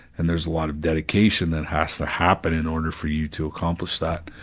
and there's a lot of dedication that has to happen in order for you to accomplish that.